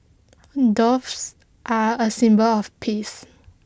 doves are A symbol of peace